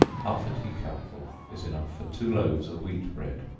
half a tea-cupful is enough for two loaves of wheat bread,